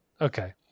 Okay